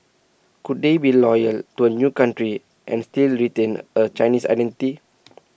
could they be loyal to A new country and still retain A Chinese identity